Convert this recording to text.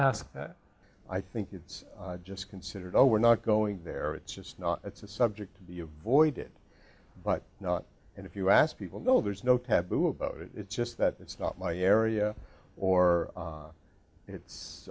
ask i think it's just considered oh we're not going there it's just not it's a subject to be avoided but not and if you ask people know there's no taboo about it it's just that it's not my area or it's